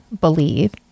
believe